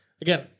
Again